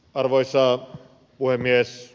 arvoisa puhemies